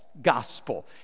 Gospel